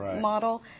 model